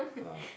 ah